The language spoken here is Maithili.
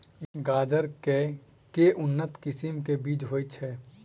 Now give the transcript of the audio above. गाजर केँ के उन्नत किसिम केँ बीज होइ छैय?